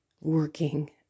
working